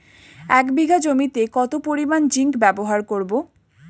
এক বিঘা জমিতে কত পরিমান জিংক ব্যবহার করব?